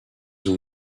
ont